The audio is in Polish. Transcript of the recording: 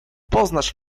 poznasz